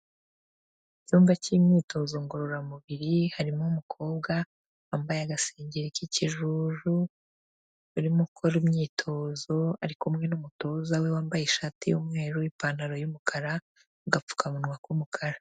Icyumba cy'imyitozo ngororamubiri harimo umukobwa wambaye agasengeri k'ikijuju urimo ukora imyitozo, ari kumwe n'umutoza we wambaye ishati y'umweru, ipantaro y'umukara, agapfukamunwa k'umukara.